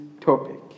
topic